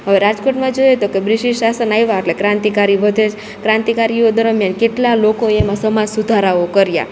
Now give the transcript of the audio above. હવે રાજકોટમાં જોઈએ તો કે બ્રિસિસ શાસન આયવા એટલે ક્રાંતિ કારી વધે જ ક્રાંતિકારીઓ દરમિયાન કેટલા લોકો એમાં સમાજ સુધારાઓ કર્યા